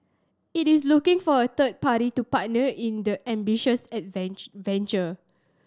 it is looking for a third party to partner in the ambitious venture